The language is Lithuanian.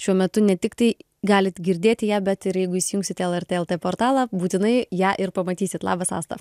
šiuo metu ne tiktai galit girdėt ją bet ir jeigu įsijungsit lrt lt portalą būtinai ją ir pamatysit labas asta